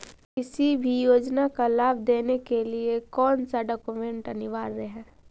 किसी भी योजना का लाभ लेने के लिए कोन कोन डॉक्यूमेंट अनिवार्य है?